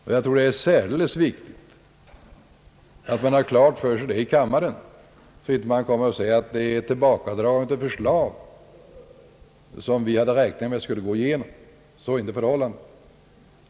Och jag tror att det är särskilt viktigt att man har klart för sig detta i kammaren, så att man inte säger att det är ett »tillbakadragande» av det förslag som man hade räknat med skulle gå igenom. Så är inte förhållandet.